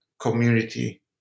community